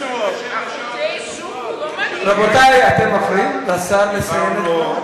300%. רבותי, אתם מפריעים לשר לסיים.